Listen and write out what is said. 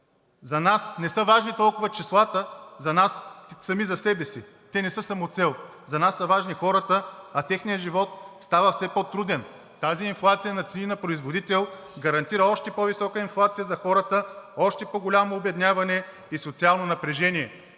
За нас не са важни толкова числата сами за себе си, те не са самоцел. За нас са важни хората, а техният живот става все по-труден. Тази инфлация на цени на производител гарантира още по висока инфлация за хората, още по-голямо обедняване и социално напрежение.